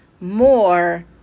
more